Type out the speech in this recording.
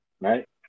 right